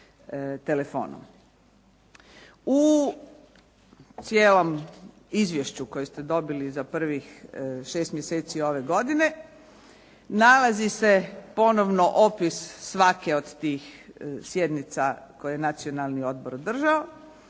U cijelom izvješću koje ste dobili za prvih 6 mjeseci ove godine, nalazi se ponovno opis svake od tih sjednica koje je Nacionalni odbor držao